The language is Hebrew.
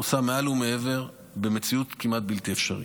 עושה מעל ומעבר במציאות כמעט בלתי אפשרית.